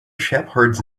shepherds